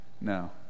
No